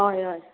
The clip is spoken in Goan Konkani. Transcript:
हय हय